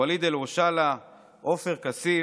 ואליד אלהואשלה, עופר כסיף.